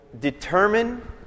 determine